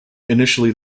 initially